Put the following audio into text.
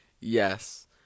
yes